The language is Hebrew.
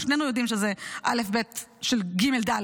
שנינו יודעים שזה אלף-בית של גימל-דלת.